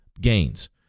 gains